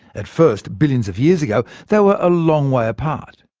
at first, billions of years ago, they were a long way apart.